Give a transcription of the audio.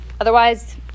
Otherwise